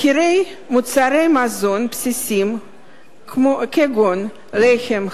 מחירי מוצרי מזון בסיסיים כגון לחם,